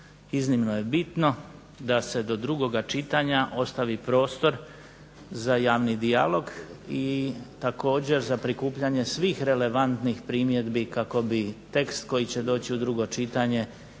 iznimno je bitno da se do drugoga čitanja ostavi prostor za javni dijalog i također za prikupljanje svih relevantnih primjedbi kako bi tekst koji će doći i drugo čitanje u sebi